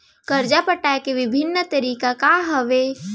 करजा पटाए के विभिन्न तरीका का हवे?